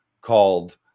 called